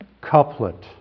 couplet